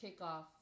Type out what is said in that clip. kickoff